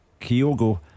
Kyogo